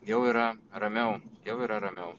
jau yra ramiau jau yra ramiau